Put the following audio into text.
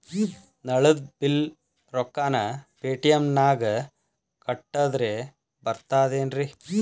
ನಳದ್ ಬಿಲ್ ರೊಕ್ಕನಾ ಪೇಟಿಎಂ ನಾಗ ಕಟ್ಟದ್ರೆ ಬರ್ತಾದೇನ್ರಿ?